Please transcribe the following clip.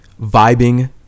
vibing